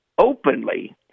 openly